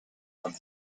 from